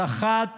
סחט